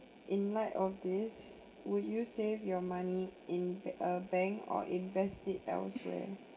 in light of this would you save your money in a bank or invest it elsewhere